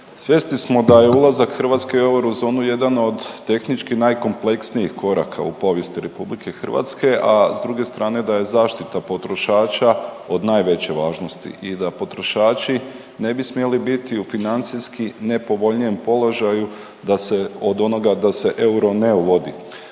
Svjesni smo da je ulazak Hrvatske u eurozonu jedan od tehnički najkompleksnijih koraka u povijesti Republike Hrvatske, a s druge strane da je zaštita potrošača od najveće važnosti i da potrošači ne bi smjeli biti u financijski nepovoljnijem položaju da se, od onoga da se euro ne uvodi.